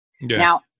now